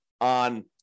on